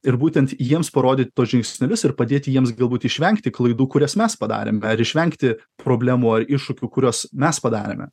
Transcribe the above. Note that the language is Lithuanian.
ir būtent jiems parodyti tuos žingsnelius ir padėti jiems galbūt išvengti klaidų kurias mes padarėm ar išvengti problemų ar iššūkių kuriuos mes padarėme